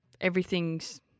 everything's